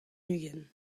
ugent